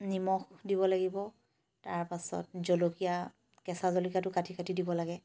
নিমখ দিব লাগিব তাৰপাছত জলকীয়া কেঁচা জলকীয়াটো কাটি কাটি দিব লাগে